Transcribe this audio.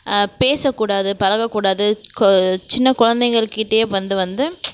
பேசக் கூடாது பழகக் கூடாது கொ சின்ன கொழந்தைகள்கிட்டயே வந்து வந்து